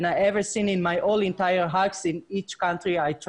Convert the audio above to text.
I've seen in my combined all other hikes I bet.